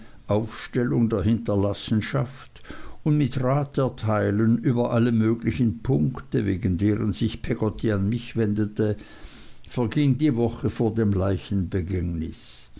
aufstellung der hinterlassenschaft und mit raterteilen über alle möglichen punkte wegen deren sich peggotty an mich wendete verging die woche vor dem